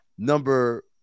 Number